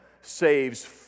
saves